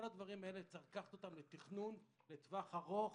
כל הדברים האלה יש לקחת אותם לתכנון לטווח ארוך,